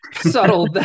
subtle